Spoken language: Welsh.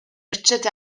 richard